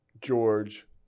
George